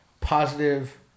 positive